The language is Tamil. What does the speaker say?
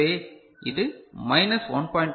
எனவே இது மைனஸ் 1